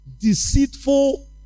deceitful